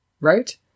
right